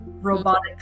robotic